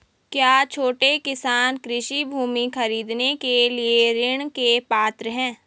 क्या छोटे किसान कृषि भूमि खरीदने के लिए ऋण के पात्र हैं?